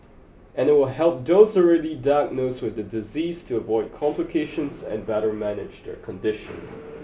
and it will help those already diagnosed with the disease to avoid complications and better manage their condition